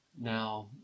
now